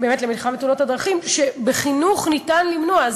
למלחמה בתאונות הדרכים, שבחינוך ניתן למנוע.